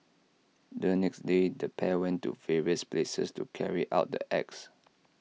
the next day the pair went to various places to carry out the acts